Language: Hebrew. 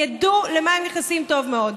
הם ידעו למה הם נכנסים טוב מאוד.